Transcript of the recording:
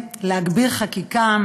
להגביר חקיקה,